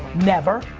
never,